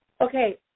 Okay